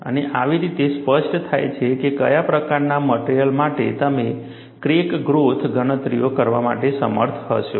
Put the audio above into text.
અને આવી રીતે સ્પષ્ટ થાય છે કે કયા પ્રકારના મટેરીઅલ માટે તમે ક્રેક ગ્રોથ ગણતરીઓ કરવા માટે સમર્થ હશો